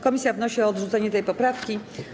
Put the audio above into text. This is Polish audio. Komisja wnosi o odrzucenie tej poprawki.